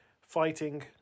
fighting